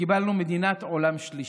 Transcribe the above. וקיבלנו מדינת עולם שלישי.